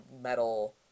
metal